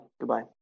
Goodbye